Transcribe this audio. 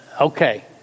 okay